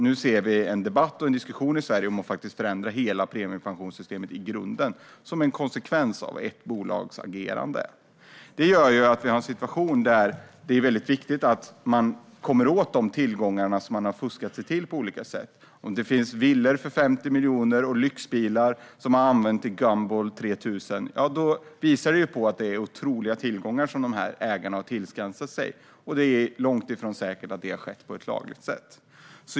Nu pågår en debatt och diskussion i Sverige om att förändra hela premiepensionssystemet i grunden som en konsekvens av ett bolags agerande. Det gör att vi har en situation där det är viktigt att komma åt de tillgångar som man har fuskat sig till på olika sätt. Om det finns villor för 50 miljoner och lyxbilar som man har använt till Gumball 3000 visar det på att det är otroliga tillgångar som de här ägarna har tillskansat sig, och det är långtifrån säkert att det har skett på ett lagligt sätt.